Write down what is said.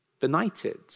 benighted